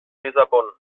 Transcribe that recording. lissabon